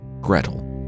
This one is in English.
Gretel